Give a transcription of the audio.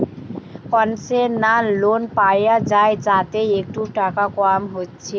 concessional loan পায়া যায় যাতে একটু টাকা কম হচ্ছে